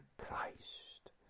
Christ